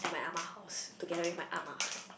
at my ah ma house together with my ah ma